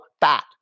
fat